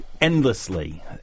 endlessly